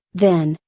then,